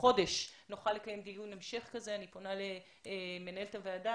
חודש נוכל לקיים דיון המשך כזה - אני פונה למנהלת הוועדה